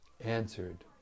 answered